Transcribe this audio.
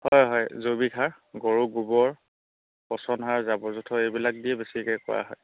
হয় হয় জৈৱিক সাৰ গৰু গোবৰ পচন সাৰ জাবৰ জোঁথৰ এইবিলাক দিয়ে বেছিকৈ কৰা হয়